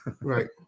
Right